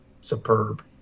superb